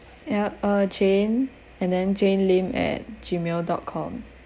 ya uh jane and then jane lim at G mail dot com